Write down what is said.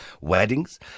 weddings